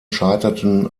scheiterten